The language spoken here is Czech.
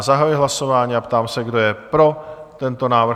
Zahajuji hlasování a ptám se, kdo je pro tento návrh?